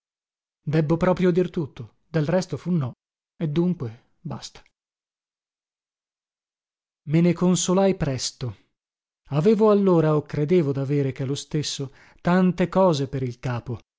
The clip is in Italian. debbo proprio dir tutto del resto fu no e dunque basta me ne consolai presto avevo allora o credevo davere chè lo stesso tante cose per il capo